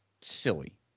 silly